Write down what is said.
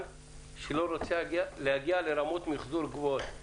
שלא רוצה להגיע לרמות מיחזור גבוהות.